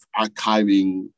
archiving